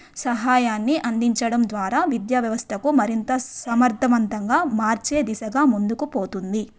సహాయాన్ని అందించడం ద్వారా విద్యా వ్యవస్థకు మరింత సమర్థవంతంగా మార్చే దిశగా ముందుకు పోతుంది